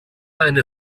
eine